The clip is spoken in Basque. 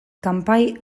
kanpai